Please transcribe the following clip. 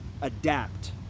adapt